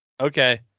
Okay